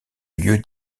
lieu